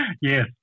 Yes